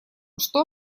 что